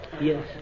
yes